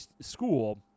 school